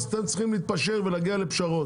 אז אתם צריכים להתפשר ולהגיע לפשרות.